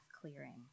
clearing